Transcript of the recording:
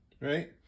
Right